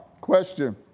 question